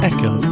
Echo